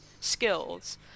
skills